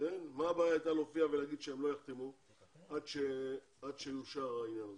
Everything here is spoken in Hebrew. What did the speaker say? מה הבעיה הייתה להופיע ולהגיד שהם לא יחתמו עד שיאושר העניין הזה?